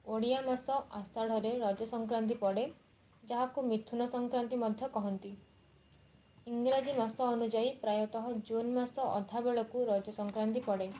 ଓଡ଼ିଆ ମାସ ଅଷାଢ଼ରେ ରଜ ସଂକ୍ରାନ୍ତି ପଡ଼େ ଯାହାକୁ ମିଥୁନ ସଂକ୍ରାନ୍ତି ମଧ୍ୟ କହନ୍ତି ଇଂରାଜୀ ମାସ ଅନୁଯାୟୀ ପ୍ରାୟତଃ ଜୁନ୍ ମାସ ଅଧାବେଳକୁ ରଜ ସଂକ୍ରାନ୍ତି ପଡ଼େ